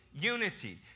unity